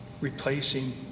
replacing